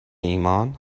ایمان